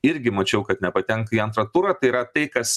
irgi mačiau kad nepatenka į antrą turą tai yra tai kas